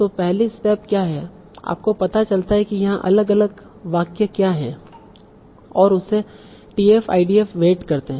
तो पहली स्टेप क्या है आपको पता चलता है कि यहां अलग अलग वाक्य क्या हैं और उसे tf idf वेट करते हैं